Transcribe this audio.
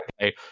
okay